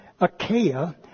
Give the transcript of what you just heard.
Achaia